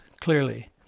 clearly